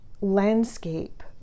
landscape